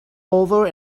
over